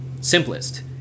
simplest